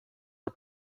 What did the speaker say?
are